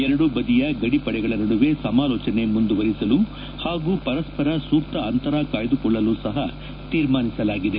ಎರಡೂ ಬದಿಯ ಗಡಿ ಪಡೆಗಳ ನಡುವೆ ಸಮಾಲೋಚನೆ ಮುಂದುವರೆಸಲು ಹಾಗೂ ಪರಸ್ವರ ಸೂಕ್ತ ಅಂತರ ಕಾಯ್ದುಕೊಳ್ಳಲು ಸಹ ತೀರ್ಮಾನಿಸಲಾಗಿದೆ